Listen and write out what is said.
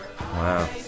Wow